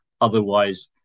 Otherwise